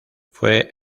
fue